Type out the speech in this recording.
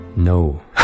No